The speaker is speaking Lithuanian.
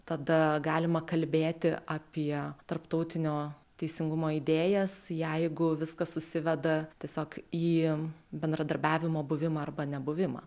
tada galima kalbėti apie tarptautinio teisingumo idėjas jeigu viskas susiveda tiesiog į bendradarbiavimo buvimą arba nebuvimą